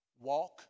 Walk